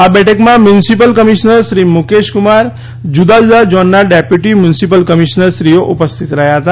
આ બેઠકમાં મ્યુનિસિપલ કમિશ્નરશ્રી મુકેશ કુમાર જુદા જુદા ઝોનના ડેપ્યુટી મ્યુનિસિપલ કમિશ્નરશ્રીઓ ઉપસ્થિત રહયાં હતા